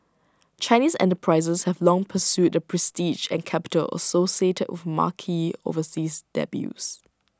Chinese enterprises have long pursued the prestige and capital associated with marquee overseas debuts